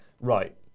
right